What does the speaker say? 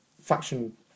faction